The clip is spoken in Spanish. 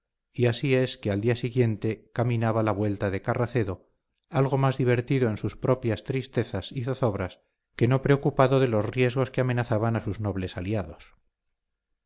y así es que al día siguiente caminaba la vuelta de carracedo algo más divertido en sus propias tristezas y zozobras que no preocupado de los riesgos que amenazaban a sus nobles aliados